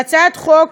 להצעת החוק